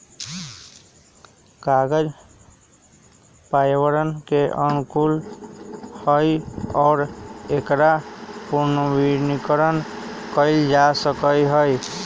कागज पर्यावरण के अनुकूल हई और एकरा पुनर्नवीनीकरण कइल जा सका हई